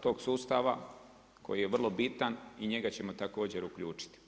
tog sustava, koji je vrlo bitan i njega ćemo također uključiti.